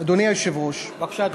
אדוני היושב-ראש, בבקשה, אדוני.